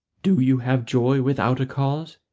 do you have joy without a cause,